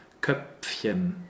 Köpfchen